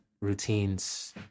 routines